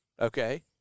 Okay